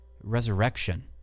resurrection